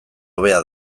hobea